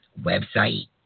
website